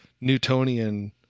newtonian